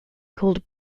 called